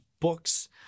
books